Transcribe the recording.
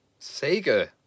Sega